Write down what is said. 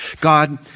God